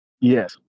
Yes